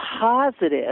positive